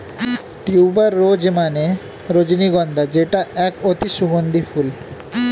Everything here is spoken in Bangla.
টিউবার রোজ মানে রজনীগন্ধা যেটা এক অতি সুগন্ধি ফুল